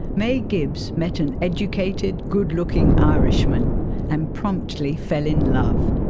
may gibbs met an educated good-looking irishman and promptly fell in love.